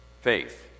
Faith